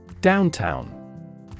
Downtown